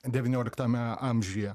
devynioliktame amžiuje